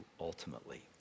ultimately